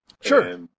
Sure